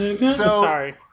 sorry